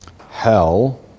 Hell